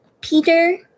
Peter